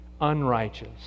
unrighteous